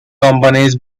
companies